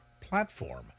platform